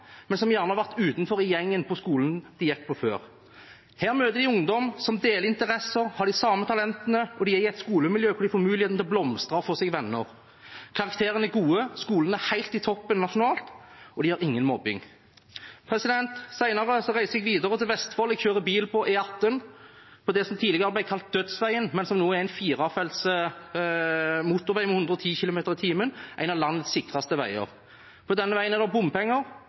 men ungdommer som gjerne var utenfor gjengen på skolen de gikk på før. Her møter de ungdom de deler interesser med, og som har de samme talentene, og de er i et skolemiljø hvor de får muligheten til å blomstre og få seg venner. Karakterene er gode, skolen er helt i topp nasjonalt, og de har ingen mobbing. Senere reiser jeg videre til Vestfold og kjører bil på E18, som tidligere ble kalt «dødsveien», men som nå er en firefelts motorvei med fartsgrense på 110 km/t og en av landets sikreste veier. På denne veien er det bompenger,